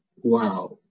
wow